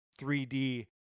3d